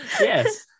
yes